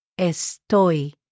estoy